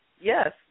Yes